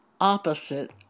opposite